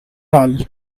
doll